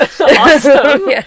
Awesome